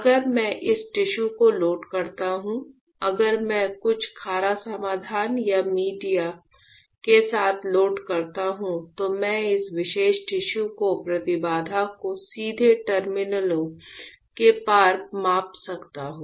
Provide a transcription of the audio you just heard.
अगर मैं इस टिश्यू को लोड करता हूं अगर मैं कुछ खारा समाधान या मीडिया के साथ लोड करता हूं तो मैं इस विशेष टिश्यू के प्रतिबाधा को सीधे टर्मिनलों के पार माप सकता हूं